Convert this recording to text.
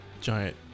giant